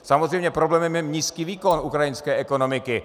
Samozřejmě problémem je nízký výkon ukrajinské ekonomiky.